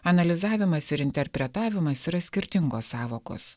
analizavimas ir interpretavimas yra skirtingos sąvokos